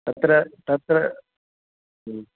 तत्र तत्र ह्म्